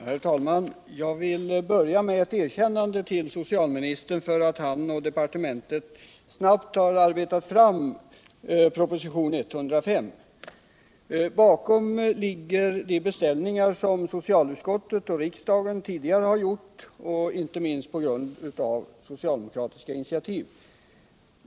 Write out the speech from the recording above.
Herr talman! Jag vill börja med att ge ett erkännande till socialministern för att han och departementet snabbt har arbetat fram propositionen 105. Bakom den ligger de beställningar som socialutskottet och riksdagen tidigare har gjort, inte minst på socialdemokratiska initiativ.